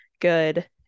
good